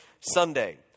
Sunday